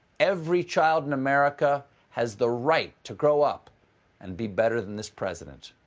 every child in america has the right to grow up and be better than this president.